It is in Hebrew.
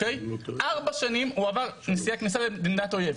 ארבע שנים הוא עבר בנסיעה כניסה למדינת אויב,